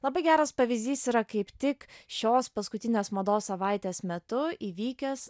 labai geras pavyzdys yra kaip tik šios paskutinės mados savaitės metu įvykęs